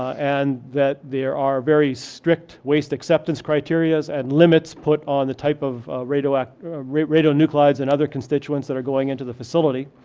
and that there are very strict waste acceptance criterias, and limits put on the type of radioactive radionuclides, and other constituents that are going into the facility.